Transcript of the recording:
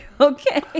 okay